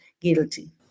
guilty